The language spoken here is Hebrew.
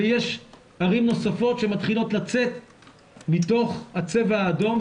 ויש ערים נוספות שמתחילות לצאת מתוך הצבע האדום.